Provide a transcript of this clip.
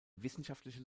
wissenschaftliche